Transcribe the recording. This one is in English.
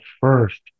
first